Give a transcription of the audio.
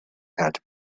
had